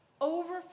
Over